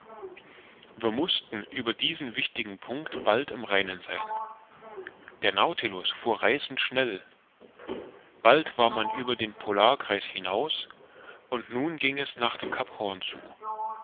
wir mußten über diesen wichtigen punkt bald im reinen sein der nautilus fuhr reißend schnell bald war man über den polarkreis hinaus und nun ging es nach dem cap horn zu